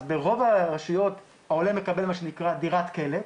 אז ברוב הרשויות העולה מקבל דירת קלט,